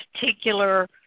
particular